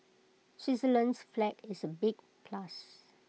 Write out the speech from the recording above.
Switzerland's flag is A big plus